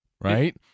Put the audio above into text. Right